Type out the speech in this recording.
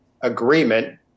agreement